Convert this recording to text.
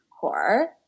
core